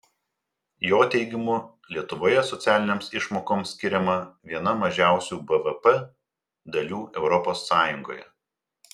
jo teigimu lietuvoje socialinėms išmokoms skiriama viena mažiausių bvp dalių europos sąjungoje